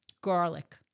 garlic